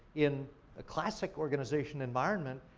in the classic organization environment,